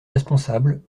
responsable